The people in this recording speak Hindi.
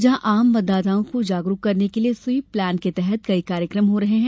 जहां आम मतदाताओं को जागरुक करने के लिये स्वीप प्लान के तहत कई कार्यक्रम हो रहे हैं